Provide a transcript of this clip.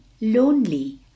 Lonely